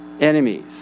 enemies